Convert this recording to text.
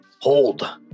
hold